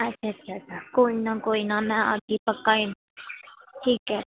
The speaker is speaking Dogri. अच्छा कोई ना कोई ना में आह्गी पक्का ठीक ऐ